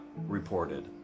reported